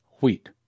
wheat